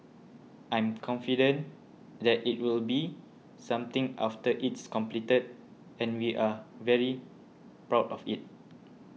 I'm confident that it will be something after it's completed and we are very proud of it